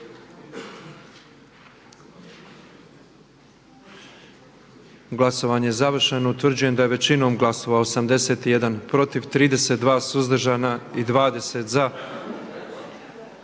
Glasovanje je završeno. Utvrđujem da je većinom glasova 78 za, 6 suzdržanih i